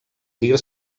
dir